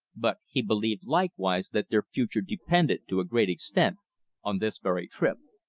but he believed likewise that their future depended to a great extent on this very trip.